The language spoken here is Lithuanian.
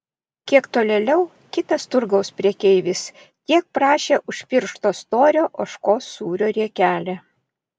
kiek tolėliau kitas turgaus prekeivis tiek prašė už piršto storio ožkos sūrio riekelę